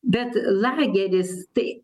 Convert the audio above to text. bet lageris tai